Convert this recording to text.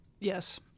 Yes